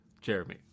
Jeremy